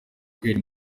kwera